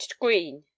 green